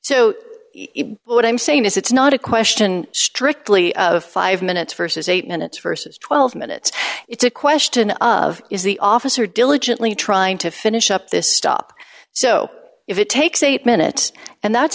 so what i'm saying is it's not a question strictly of five minutes versus eight minutes versus twelve minutes it's a question of is the officer diligently trying to finish up this stop so if it takes eight minutes and that's